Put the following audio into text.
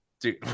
dude